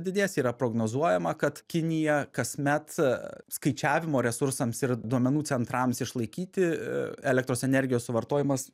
didės yra prognozuojama kad kinija kasmet skaičiavimo resursams ir duomenų centrams išlaikyti elektros energijos suvartojimas